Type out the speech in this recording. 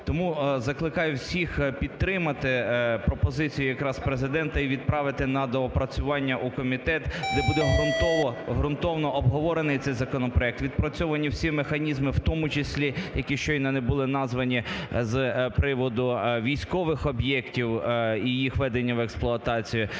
Тому закликаю всіх підтримати пропозицію якраз Президента і відправити на доопрацювання у комітет, де буде ґрунтовно обговорений цей законопроект, відпрацьовані всі механізми, в тому числі які щойно не були названі з приводу військових об'єктів і їх введення в експлуатацію.